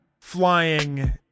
flying